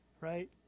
right